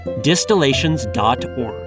Distillations.org